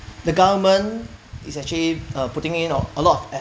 the government is actually uh putting in a lot of eff~